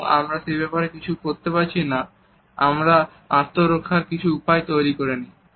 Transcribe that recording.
এবং আমরা সে ব্যাপারে কিছু করতে পারছি না তখন আমরা আত্মরক্ষার কিছু উপায় তৈরি করে নিই